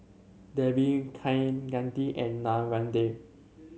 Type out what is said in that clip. Devi Kaneganti and Narendra